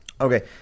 Okay